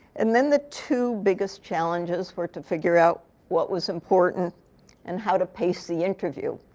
and then, the two biggest challenges were to figure out what was important and how to pace the interview.